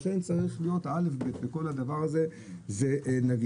לכן א', ב' של כל הדבר הזה זה נגישות.